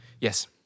Yes